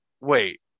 wait